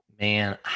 man